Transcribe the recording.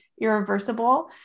irreversible